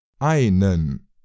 EINEN